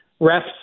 refs